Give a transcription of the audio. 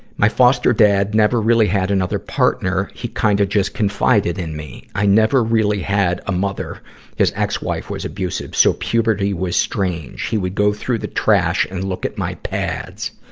my foster dad never really had another partner. he kinda kind of just confided in me. i never really had a mother his ex-wife was abusive, so puberty was strange. he would go through the trash and look at my pads.